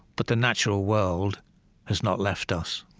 but the natural world has not left us